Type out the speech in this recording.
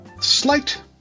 slight